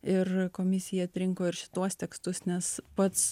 ir komisija atrinko ir šituos tekstus nes pats